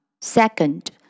Second